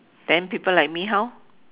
then people like me how